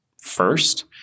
first